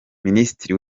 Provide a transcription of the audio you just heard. minisitiri